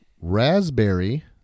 Raspberry